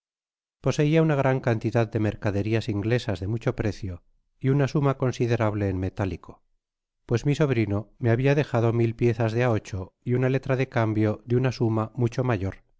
poseia una gran cantidad de mercaderias inglesas de mucho precio y una suma considerable en metalico pues mi sobrino me habia dejado mil piezas de á ocho y una letra de cambio de una suma mucho mayor